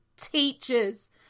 teachers